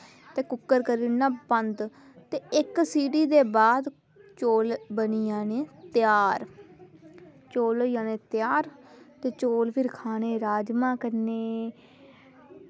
ते कुकर करी ओड़ना बंद ते इक्क सीटी दे बाद चौल बनी जाने त्यार चौल होई जाने त्यार ते चौल फिर खाने राजमां कन्नै